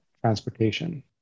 transportation